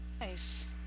Nice